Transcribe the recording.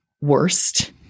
worst